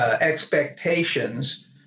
expectations